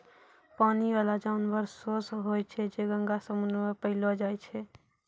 पानी बाला जानवर सोस होय छै जे गंगा, समुन्द्र मे पैलो जाय छै